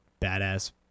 badass